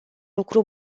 lucru